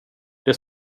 det